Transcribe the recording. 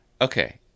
okay